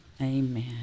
Amen